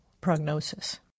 prognosis